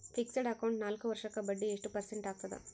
Fixed account ನಾಲ್ಕು ವರ್ಷಕ್ಕ ಬಡ್ಡಿ ಎಷ್ಟು ಪರ್ಸೆಂಟ್ ಆಗ್ತದ?